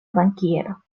bankiero